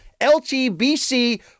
LTBC